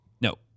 No